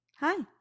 Hi